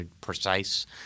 precise